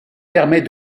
permet